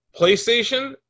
PlayStation